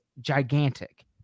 gigantic